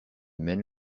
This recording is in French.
mènent